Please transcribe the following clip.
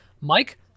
Mike